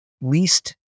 least